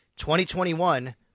2021